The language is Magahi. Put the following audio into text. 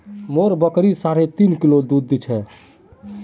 मोर बकरी साढ़े तीन किलो दूध दी छेक